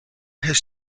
has